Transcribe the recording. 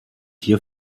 hier